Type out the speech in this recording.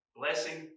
blessing